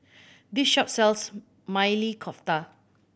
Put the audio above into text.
this shop sells Maili Kofta